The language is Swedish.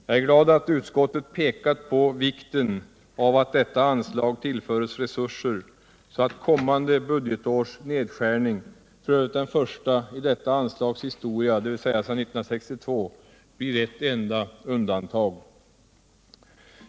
Jag är glad att utskottet pekat på vikten av att detta anslag tillföres resurser, så att kommande budgetårs nedskärning — f. ö. den första i detta anslags historia, dvs. sedan 1962 — blir ett enda undantag.